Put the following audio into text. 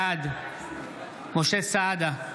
בעד משה סעדה,